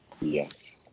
Yes